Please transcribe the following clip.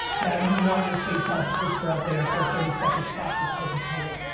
now you want your face on a poster out there for a thirty second spot for coca-cola